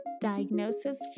Diagnosis